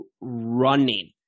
running